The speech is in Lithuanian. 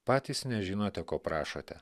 patys nežinote ko prašote